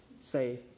say